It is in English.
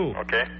Okay